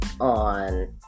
on